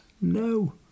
No